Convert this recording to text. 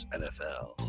nfl